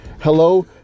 hello